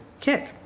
kick